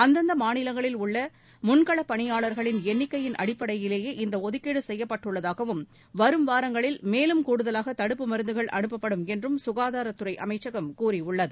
அந்தந்த மாநிலங்களில் உள்ள முன்களப் பணியாளா்களின் எண்ணிக்கையின் அடிப்படையிலேயே இந்த ஒதுக்கீடு செய்யப்பட்டுள்ளதாகவும் வரும் வாரங்களில் மேலும் கூடுதவாக தடுப்பு மருந்துகள் அனுப்பப்படும் என்றும் சுகாதார அமைச்சகம் கூறியுள்ளது